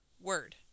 word